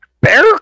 Bear